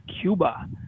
Cuba